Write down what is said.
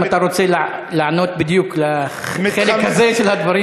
אם אתה רוצה לענות בדיוק לחלק הזה של הדברים,